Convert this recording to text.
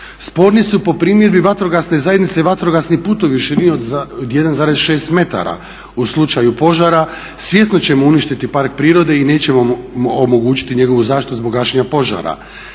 Sporni su po primjedbi vatrogasne zajednice vatrogasni putovi od 1,6 metara u slučaju požara. Svjesno ćemo uništiti park prirode i nećemo omogućiti njegovu zaštitu zbog gašenja požara.